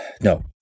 No